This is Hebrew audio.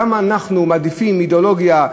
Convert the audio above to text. למה אנחנו מעדיפים אידיאולוגיה,